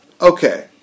okay